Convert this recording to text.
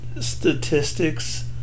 statistics